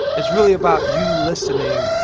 it's really about you listening.